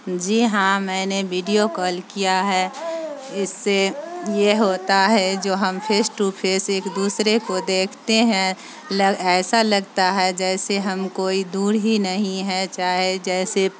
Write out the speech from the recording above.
جی ہاں میں نے ویڈیو کال کیا ہے اس سے یہ ہوتا ہے جو ہم فیس ٹو فیس ایک دوسرے کو دیکھتے ہیں ایسا لگتا ہے جیسے ہم کوئی دور ہی نہیں ہیں چاہے جیسے